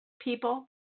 people